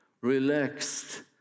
relaxed